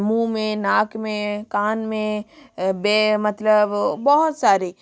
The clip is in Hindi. मुँह में नाक में कान में वे मतलब बहुत सारे